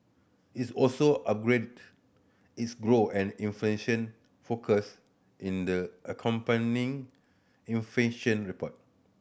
it's also upgraded its growth and inflation forecast in the accompanying inflation report